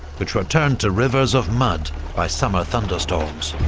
which were turned to rivers of mud by summer thunderstorms.